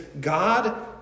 God